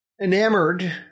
Enamored